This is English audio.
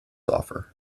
offer